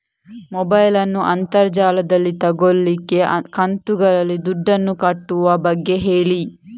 mobile ನ್ನು ಅಂತರ್ ಜಾಲದಲ್ಲಿ ತೆಗೋಲಿಕ್ಕೆ ಕಂತುಗಳಲ್ಲಿ ದುಡ್ಡನ್ನು ಕಟ್ಟುವ ಬಗ್ಗೆ ಹೇಳಿ